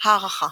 הערכה